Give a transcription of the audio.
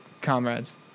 comrades